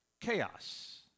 Chaos